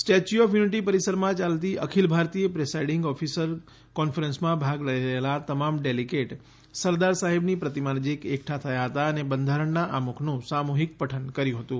Statue of Unity પરિસરમાં યાલતી અખિલ ભારતીય પ્રિસાઈડિંગ ઓફિસર કોન્ફરન્સમાં ભાગ લઈ રહેલા તમામ ડેલીગેટ સરદાર સાહેબની પ્રતિમા નજીક એકઠા થયા હતા અને બંધારણના આમુખનું સામૂહિક પઠન કર્યું હતું